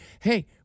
hey